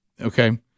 okay